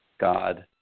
God